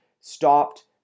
stopped